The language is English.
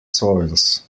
soils